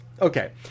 Okay